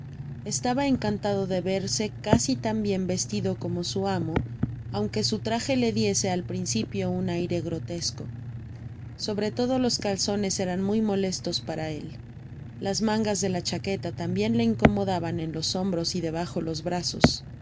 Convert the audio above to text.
estaba encantado de veri se casi tan bien vestido como su amo aunque su traje le diese al principio un aire grotesco sobre todo los calzones eran muy molestos para él las mangas de la chaqueta tambien le incomodaban en los hombros y debajo los brazos